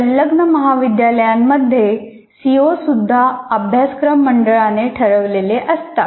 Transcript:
संलग्न महाविद्यालयांमध्ये C O सुद्धा अभ्यासक्रम मंडळाने ठरवलेले असतात